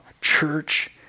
church